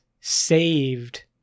saved